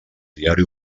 diari